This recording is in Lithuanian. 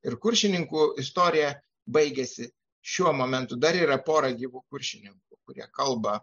ir kuršininkų istorija baigėsi šiuo momentu dar yra pora gyvų kuršininkų kurie kalba